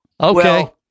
Okay